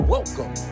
Welcome